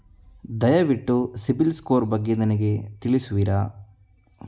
ದಯವಿಟ್ಟು ಸಿಬಿಲ್ ಸ್ಕೋರ್ ಬಗ್ಗೆ ನನಗೆ ತಿಳಿಸುವಿರಾ?